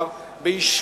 היא אומרת: שר האוצר,